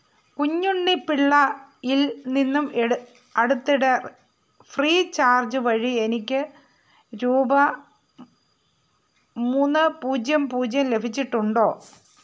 കുഞ്ഞുണ്ണി പിള്ളയില് നിന്നും അടുത്തിട ഫ്രീ ചാർജ് വഴി എനിക്ക് രൂപ മൂന്ന് പൂജ്യം പൂജ്യം ലഭിച്ചിട്ടുണ്ടോ